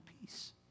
peace